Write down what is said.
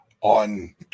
on